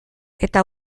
eta